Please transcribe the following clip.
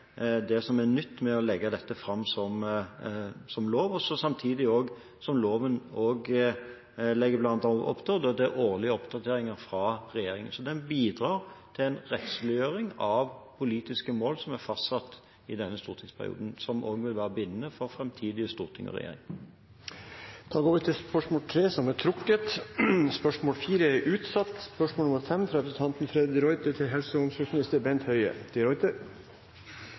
nytt med å legge dette fram som lov, samtidig som loven også bl.a. legger opp til årlige oppdateringer fra regjeringen. Så loven bidrar til en rettsliggjøring av politiske mål som er fastsatt i denne stortingsperioden, som også vil være bindende for framtidige storting og regjeringer. Dette spørsmålet er trukket tilbake. Dette spørsmålet er utsatt til neste spørretime, da statsråden er bortreist. «Dødssyke barn, som har vært knyttet opp mot barneavdelingene ved sykehusene, går ofte over i et usikkert og